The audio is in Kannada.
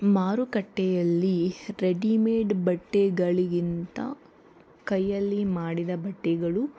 ಮಾರುಕಟ್ಟೆಯಲ್ಲಿ ರೆಡಿಮೇಡ್ ಬಟ್ಟೆಗಳಿಗಿಂತ ಕೈಯಲ್ಲಿ ಮಾಡಿದ ಬಟ್ಟೆಗಳು